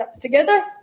together